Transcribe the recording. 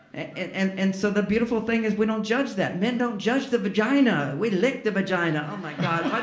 and and and and so the beautiful thing is we don't judge that men don't judge the vagina. we lick the vagina. oh my god. what